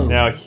now